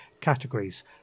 categories